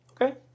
okay